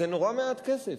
זה נורא מעט כסף,